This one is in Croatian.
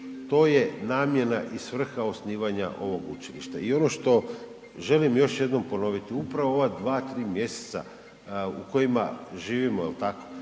to je namjena i svrha osnivanja ovog učilišta. I ono što želim još jednom ponoviti. Upravo ova 2-3 mjeseca u kojima živimo,